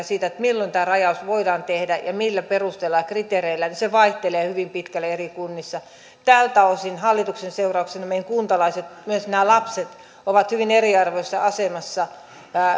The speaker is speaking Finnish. siitä milloin tämä rajaus voidaan tehdä ja millä perusteella ja kriteereillä vaihtelevat hyvin pitkälle eri kunnissa tältä osin hallituksen seurauksena meidän kuntalaisemme myös nämä lapset ovat hyvin eriarvoisessa asemassa